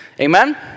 Amen